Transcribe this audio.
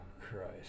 Christ